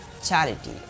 charity